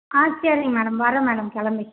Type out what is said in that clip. ஆ சரிங்க மேடம் வரோம் மேடம் கிளம்பி